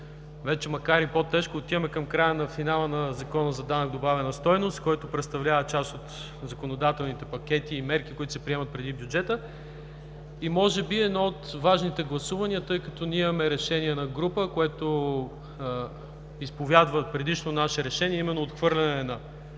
днес. Макар и по-тежко, вече отиваме към края, на финала на Закона за данък добавена стойност, който представлява част от законодателните пакети и мерки, които се приемат преди бюджета. Може би е едно от важните гласувания, тъй като ние имаме решение на групата, което изповядва предишно наше решение, а именно отхвърляне на